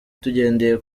tugendeye